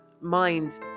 mind